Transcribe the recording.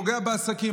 פוגע בעסקים.